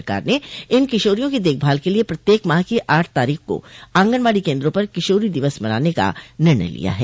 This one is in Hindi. सरकार ने इन किशोरियों की देखभाल के लिये प्रत्येक माह की आठ तारीख का आंगनबाड़ी केन्द्रों पर किशोरी दिवस मनाने का निर्णय लिया है